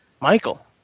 Michael